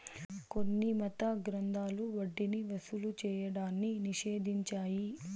కొన్ని మత గ్రంథాలు వడ్డీని వసూలు చేయడాన్ని నిషేధించాయి